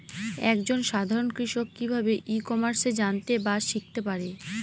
এক জন সাধারন কৃষক কি ভাবে ই কমার্সে জানতে বা শিক্ষতে পারে?